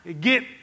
get